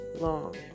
long